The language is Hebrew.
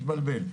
התבלבל.